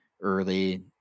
early